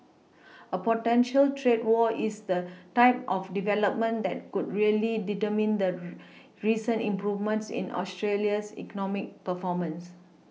a potential trade war is the type of development that could really undermine the recent improvement in Australia's economic performance